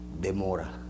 Demora